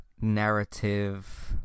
narrative